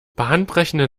bahnbrechende